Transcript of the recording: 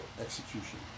execution